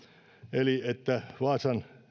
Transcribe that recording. eli vaasan